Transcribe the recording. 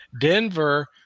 Denver